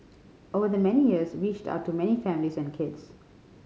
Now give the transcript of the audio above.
over the many years reached out to many families and kids